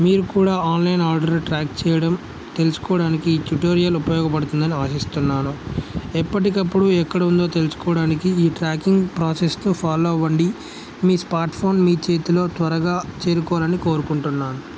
మీరు కూడా online order track చేయడం తెలుసుకోవడానికి ఈ ట్యూటోరియల్ ఉపయోగపడుతుందని ఆశిస్తున్నాను ఎప్పటికప్పుడు ఎక్కడ ఉందో తెలుసుకోవడానికి ఈ ట్రాకింగ్ ప్రాసెస్ను ఫాలో అవ్వండి మీ స్మార్ట్ ఫోన్ మీ చేతిలో త్వరగా చేరుకోవాలని కోరుకుంటున్నాను